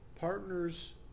partner's